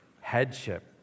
Headship